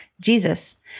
Jesus